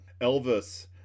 Elvis